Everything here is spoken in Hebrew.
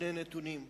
שני נתונים: